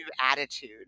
attitude